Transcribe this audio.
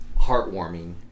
heartwarming